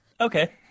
Okay